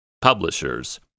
Publishers